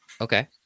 Okay